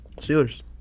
Steelers